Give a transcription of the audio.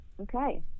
Okay